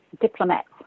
diplomats